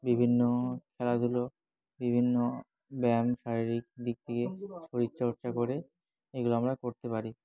বিভিন্ন খেলাধুলো বিভিন্ন ব্যায়াম শারীরিক দিক থেকে শরীরচর্চা করে এগুলো আমরা করতে পারি